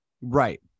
Right